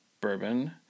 bourbon